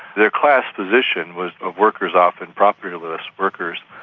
their class position was of workers, often propertyless workers.